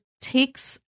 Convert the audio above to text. takes